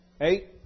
Eight